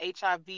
HIV